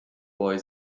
boy